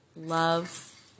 love